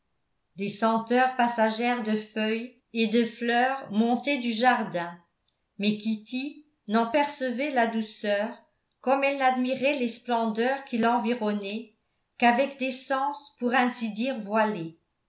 des senteurs passagères de feuilles et de fleurs montaient du jardin mais kitty n'en percevait la douceur comme elle n'admirait les splendeurs qui l'environnaient qu'avec des sens pour ainsi dire voilés